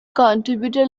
contributed